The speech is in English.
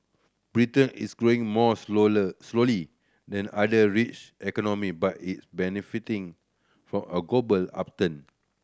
Britain is growing more slowly than other rich economy but is benefiting for a global upturn